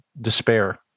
despair